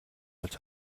болж